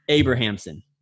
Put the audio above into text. Abrahamson